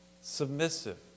submissive